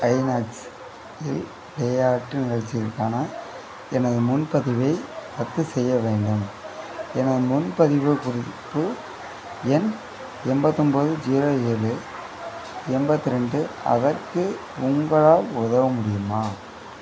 INOX இல் விளையாட்டு நிகழ்ச்சிக்கான எனது முன்பதிவை ரத்து செய்ய வேண்டும் எனது முன்பதிவு குறிப்பு எண் எம்பத்தொம்பது ஜீரோ ஏழு எண்பத்ரெண்டு அதற்கு உங்களால் உதவ முடியுமா